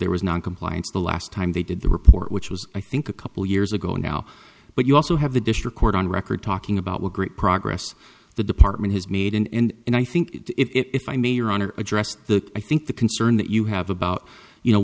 there was noncompliance the last time they did the report which was i think a couple years ago now but you also have the district court on record talking about what great progress the department has made an end and i think if i may or honor addressed the i think the concern that you have about you know